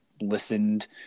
listened